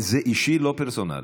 זה אישי, לא פרסונלי.